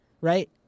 right